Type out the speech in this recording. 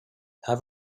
have